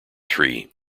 tree